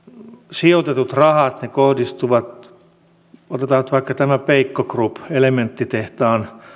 sijoitetut rahat kohdistuvat otetaan nyt vaikka tämä peikko group elementtitehtaan